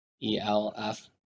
E-L-F